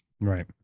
Right